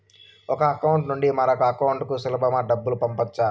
ఒక అకౌంట్ నుండి మరొక అకౌంట్ కు సులభమా డబ్బులు పంపొచ్చా